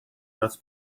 das